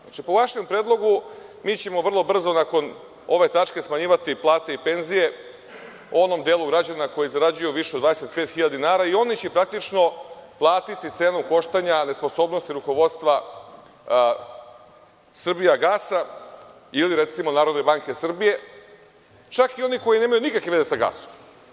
Znači, po vašem predlogu mi ćemo vrlo brzo nakon ove pljačke smanjivati plate i penzije onom delu građana koji zarađuju više od 25.000 dinara i oni će praktično platiti cenu koštanja nesposobnosti rukovodstva „Srbijagasa“ ili, recimo Narodne banke Srbije, čak i oni koji nemaju nikakve veze sa gasom.